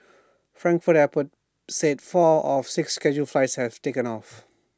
Frankfurt airport said four of six scheduled flights had taken off